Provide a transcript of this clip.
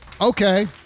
Okay